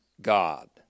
God